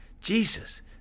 Jesus